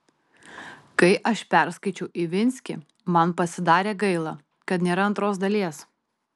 kai aš perskaičiau ivinskį man pasidarė gaila kad nėra antros dalies